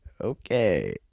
Okay